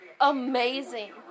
amazing